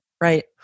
Right